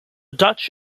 dutch